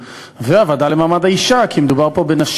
במרס